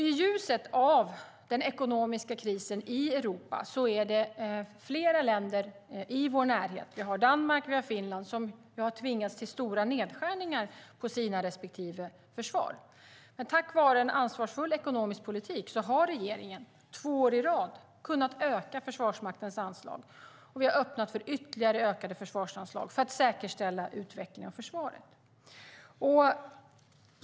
I ljuset av den ekonomiska krisen i Europa är det flera länder i vår närhet, till exempel Danmark och Finland, som har tvingats till stora nedskärningar i sina respektive försvar. Men tack vare en ansvarsfull ekonomisk politik har regeringen två år i rad kunnat öka Försvarsmaktens anslag, och vi har öppnat för ytterligare ökade försvarsanslag för att säkerställa utvecklingen av försvaret.